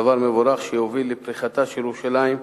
דבר מבורך שיוביל לפריחתה של ירושלים,